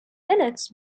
minutes